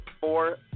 four